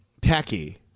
tacky